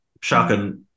shocking